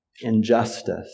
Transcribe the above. injustice